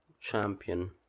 champion